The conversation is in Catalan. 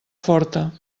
forta